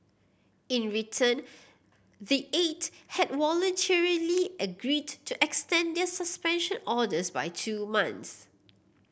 in return the eight have voluntarily agreed to extend their suspension orders by two months